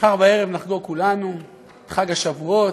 מחר בערב נחגוג כולנו את חג השבועות,